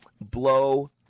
blow